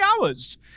hours